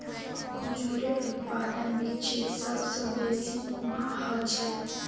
खजूरेर उत्पादन विश्वत सबस बेसी कुहाँ ह छेक